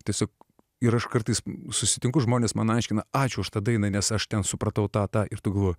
tiesiog ir aš kartais susitinku žmonės man aiškina ačiū už tą dainą nes aš ten supratau tą ir tegu